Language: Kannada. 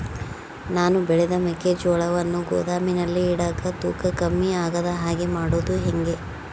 ನಾನು ಬೆಳೆದ ಮೆಕ್ಕಿಜೋಳವನ್ನು ಗೋದಾಮಿನಲ್ಲಿ ಇಟ್ಟಾಗ ತೂಕ ಕಮ್ಮಿ ಆಗದ ಹಾಗೆ ಮಾಡೋದು ಹೇಗೆ?